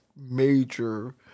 Major